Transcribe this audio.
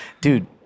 dude